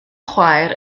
chwaer